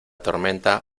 tormenta